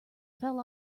fell